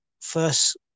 first